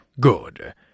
Good